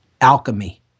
alchemy